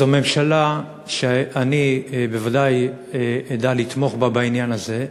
זו ממשלה שאני בוודאי אדע לתמוך בה בעניין הזה.